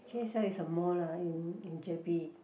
K_S_L is a mall lah in in J_B